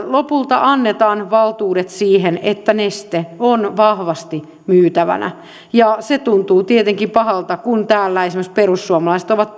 lopulta annetaan valtuudet siihen että neste on vahvasti myytävänä ja se tuntuu tietenkin pahalta kun täällä esimerkiksi perussuomalaiset ovat